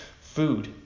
food